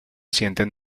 sienten